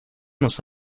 must